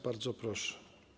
Bardzo proszę.